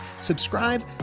subscribe